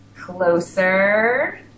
Closer